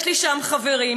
יש לי שם חברים.